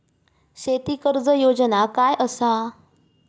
शेती कर्ज योजना काय असा?